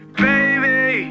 baby